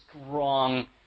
strong